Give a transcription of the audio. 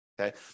Okay